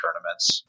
tournaments